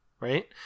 right